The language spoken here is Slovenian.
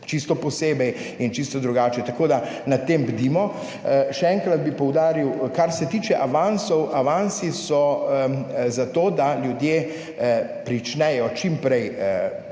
čisto posebej in čisto drugače, tako da na tem bdimo. Še enkrat bi poudaril, kar se tiče avansov, avansi so zato, da ljudje pričnejo čim prej